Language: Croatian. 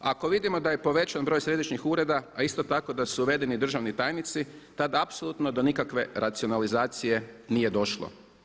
Ako vidimo da je povećan broj središnjih ureda a isto tako da su uvedeni državni tajnici tada apsolutno do nikakve racionalizacije nije došlo.